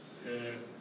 ya